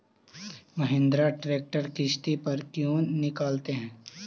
Mahindra tractor किसति पर क्यों निकालते हैं?